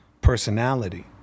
personality